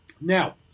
Now